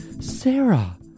Sarah